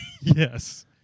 yes